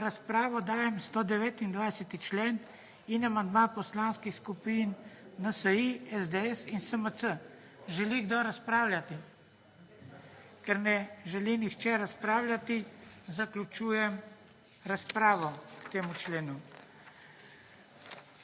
V razpravo dajem 129. člen in amandma Poslanskih skupin NSi, SDS in SMC. Želi kdo razpravljati? (Ne.) Ker ne želi nihče razpravljati, zaključujem razpravo k temu členu.